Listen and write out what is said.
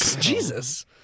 Jesus